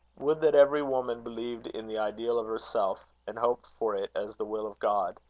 would that every woman believed in the ideal of herself, and hoped for it as the will of god,